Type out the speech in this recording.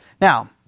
Now